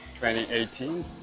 2018